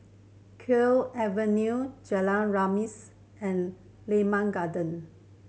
Kew Avenue Jalan Remis and Limau Garden